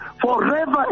forever